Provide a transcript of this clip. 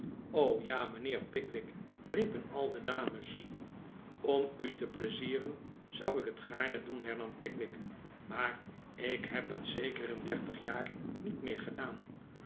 ja mijnheer pickwick riepen al de dames om u te pleizieren zou ik het gaarne doen hernam pickwick maar ik heb het zeker in dertig jaar niet meer gedaan